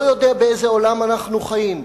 לא יודע באיזה עולם אנחנו חיים.